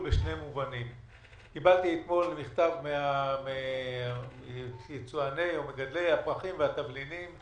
קיבלתי אתמול מכתב ממגדלי הפרחים והתבלינים.